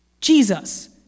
Jesus